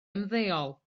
ymddeol